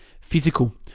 Physical